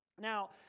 Now